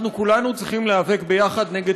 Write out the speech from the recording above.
אנחנו כולנו צריכים להיאבק ביחד נגד